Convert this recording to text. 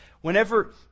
Whenever